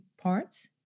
parts